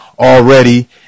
Already